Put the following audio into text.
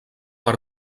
per